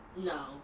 no